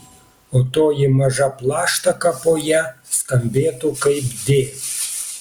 o toji maža plaštaka po ja skambėtų kaip d